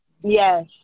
Yes